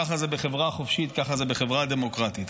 ככה זה בחברה חופשית, ככה זה בחברה דמוקרטית.